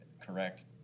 correct